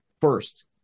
first